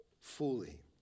fully